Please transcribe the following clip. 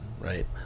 right